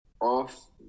off